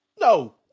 No